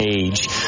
age